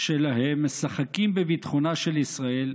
שלהם משחקים בביטחונה של ישראל,